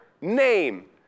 name